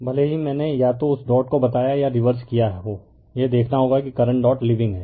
भले ही मैंने या तो उस डॉट को बताया या रिवर्स किया हो यह देखना होगा कि करंट डॉट लिविंग है